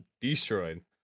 destroyed